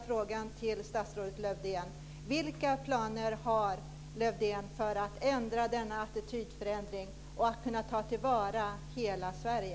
Vi måste kunna bo och leva i hela Sverige.